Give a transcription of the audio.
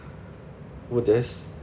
would this